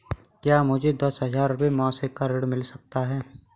क्या मुझे दस हजार रुपये मासिक का ऋण मिल सकता है?